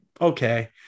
okay